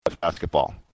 basketball